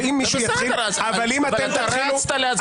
בסדר, אבל אתה רצת להצבעה הבאה.